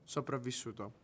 Sopravvissuto